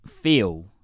feel